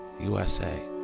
USA